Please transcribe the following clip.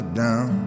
down